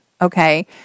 Okay